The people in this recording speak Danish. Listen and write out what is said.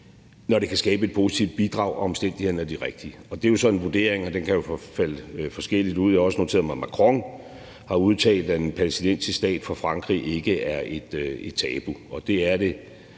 når det kan skabe et positivt bidrag og omstændighederne er de rigtige, og det er jo så en vurdering, og den kan jo falde forskelligt ud. Jeg har også noteret mig, at Macron har udtalt, at en palæstinensisk stat for Frankrig ikke er et tabu, og det er det